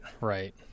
right